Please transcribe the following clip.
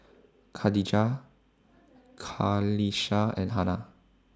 Khadija Qalisha and Hana